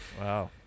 Wow